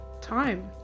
time